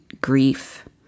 grief